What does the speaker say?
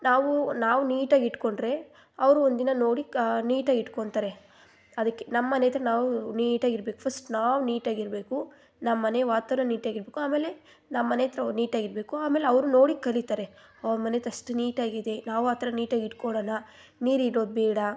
ನಾವು ನಾವು ನೀಟಾಗಿ ಇಟ್ಕೊಂಡರೆ ಅವರು ಒಂದಿನ ನೋಡಿ ನೀಟಾಗಿ ಇಟ್ಕೊತಾರೆ ಅದಕ್ಕೆ ನಮ್ಮನೆಯಹತ್ರ ನಾವು ನೀಟಾಗಿರ್ಬೇಕು ಫಸ್ಟ್ ನಾವು ನೀಟಾಗಿರಬೇಕು ನಮ್ಮಮನೆ ವಾತರಣ ನೀಟಾಗಿರಬೇಕು ಆಮೇಲೆ ನಮ್ಮನೆಯಹತ್ರವು ನೀಟಾಗಿರಬೇಕು ಆಮೇಲೆ ಅವರು ನೋಡಿ ಕಲಿತಾರೆ ಅವ್ರ ಮನೆಹತ್ರ ಎಷ್ಟು ನೀಟಾಗಿದೆ ನಾವು ಆ ಥರ ನೀಟಾಗಿಟ್ಕೊಳೋಣ ನೀರಿಡೋದು ಬೇಡ